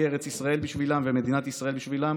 ארץ ישראל בשבילם ומדינת ישראל בשבילם.